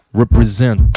represent